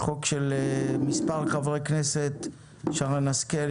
חוק של מספר חברי כנסת- שרן השכל,